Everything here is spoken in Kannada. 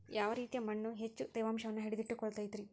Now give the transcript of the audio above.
ಯಾವ ರೇತಿಯ ಮಣ್ಣ ಹೆಚ್ಚು ತೇವಾಂಶವನ್ನ ಹಿಡಿದಿಟ್ಟುಕೊಳ್ಳತೈತ್ರಿ?